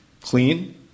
Clean